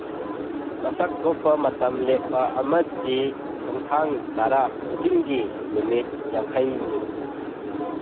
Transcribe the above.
ꯃꯁꯛ ꯊꯣꯛꯄ ꯃꯇꯝ ꯂꯦꯞꯄ ꯑꯃꯗꯤ ꯈꯣꯡꯊꯥꯡ ꯇꯔꯥ ꯈꯨꯗꯤꯡꯒꯤ ꯅꯨꯃꯤꯠ ꯌꯥꯡꯈꯩꯅꯤ